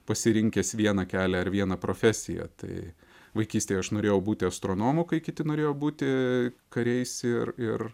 pasirinkęs vieną kelią ar vieną profesiją tai vaikystėj aš norėjau būti astronomu kai kiti norėjo būti kariais ir ir